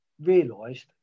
realised